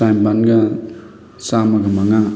ꯇꯔꯥꯅꯤꯄꯥꯟꯒ ꯆꯥꯝꯃꯒ ꯃꯉꯥ